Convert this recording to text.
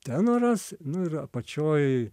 tenoras nu ir apačioj